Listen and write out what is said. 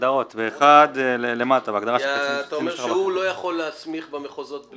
אומר שהוא לא יכול להסמיך במחוזות.